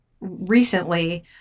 recently